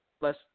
less